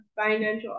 financial